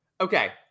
Okay